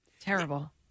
Terrible